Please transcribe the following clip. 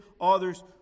others